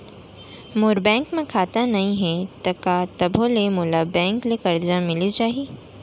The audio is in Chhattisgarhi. मोर बैंक म खाता नई हे त का तभो ले मोला बैंक ले करजा मिलिस जाही?